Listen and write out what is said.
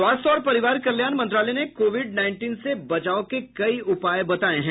स्वास्थ्य और परिवार कल्याण मंत्रालय ने कोविड नाईनटीन से बचाव के कई उपाए बताए हैं